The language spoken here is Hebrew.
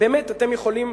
באמת אתם יכולים